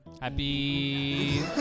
Happy